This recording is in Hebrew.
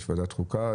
יש את ועדת החוקה,